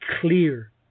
clear